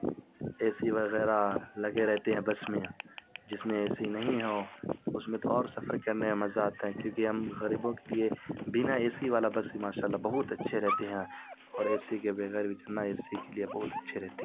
اے C وغیرہ لگے رہتے ہیں بس میں جس میں اے سی نہیں ہو اس میں تو اور سفر کرنے میں مزہ آتا ہے کیونکہ ہم غریبوں کے لیے بنا اے سی والا بس بھی ماشاء اللہ بہت اچھے رہتے ہیں اور اے سی کے بغیر بھی چلنا اے سی کے لیے بہت اچھے رہتے ہیں